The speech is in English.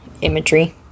imagery